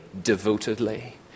devotedly